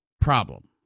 problem